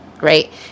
right